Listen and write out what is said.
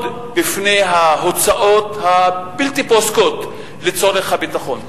בפני ההוצאות הבלתי פוסקות לצורך הביטחון.